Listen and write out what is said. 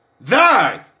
Thy